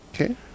okay